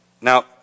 Now